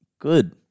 Good